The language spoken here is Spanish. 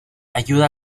ayuda